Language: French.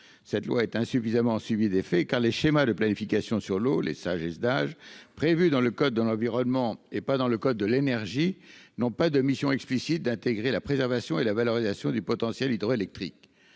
cette loi est insuffisamment suivies d'effet car les schémas de planification sur l'eau, les agisse d'âge prévu dans le code de l'environnement et pas dans le code de l'énergie, non pas de mission explicite d'intégrer la préservation et la valorisation du potentiel hydroélectrique